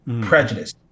prejudice